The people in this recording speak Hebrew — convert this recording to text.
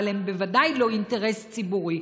אבל הם בוודאי לא אינטרס ציבורי,